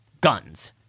Guns